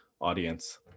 audience